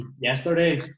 Yesterday